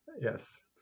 Yes